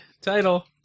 Title